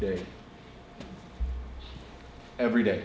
day every day